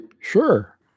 Sure